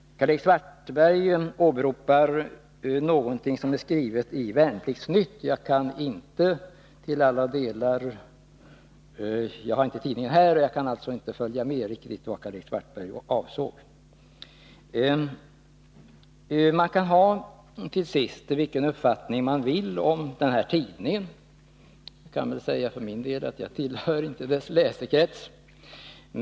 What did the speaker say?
Karl-Erik Svartberg åberopar vad som skrivs i ett nummer av Värnplikts Nytt. Jag har själv inte tidningen med mig och kan därför inte riktigt bedöma detta. Man kan ha vilken uppfattning man vill om tidningen FIB-Aktuellt. För egen del tillhör jag inte dess läsekrets.